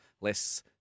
less